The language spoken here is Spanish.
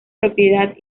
propiedad